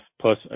plus